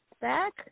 Back